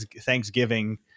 Thanksgiving